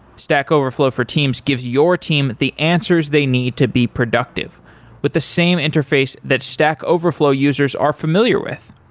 stack overflow for teams gives your team the answers they need to be productive with the same interface that stack overflow users are familiar with.